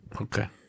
Okay